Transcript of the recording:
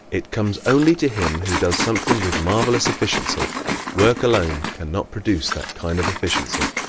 it comes only to him who does something with marvellous efficiency work alone can not produce that kind of efficiency.